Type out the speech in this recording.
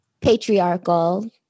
patriarchal